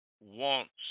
wants